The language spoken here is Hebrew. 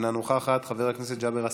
אינה נוכחת, חבר הכנסת ג'אבר עסאקלה,